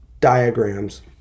diagrams